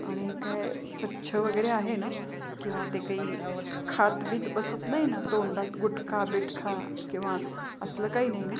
आणि काय स्वच्छ वगैरे आहे ना किंवा ते काही खात बीत बसत नाही ना तोंडात गुटखा बेटखा किंवा असलं काही नाही ना